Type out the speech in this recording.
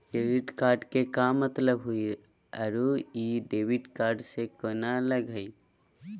Credit card के का मतलब हई अरू ई डेबिट कार्ड स केना अलग हई?